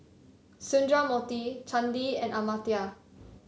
Sundramoorthy Chandi and Amartya